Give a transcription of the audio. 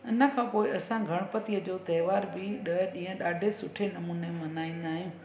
हिन खां पोइ असां गणपतिअ जो त्योहार बि ॾह ॾींहं ॾाढे सुठे नमूने मल्हाईंदा आहियूं